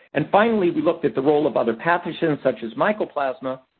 and finally, we looked at the role of other pathogens, such as mycoplasma,